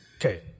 okay